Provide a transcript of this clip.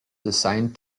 designed